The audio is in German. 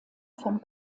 von